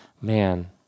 Man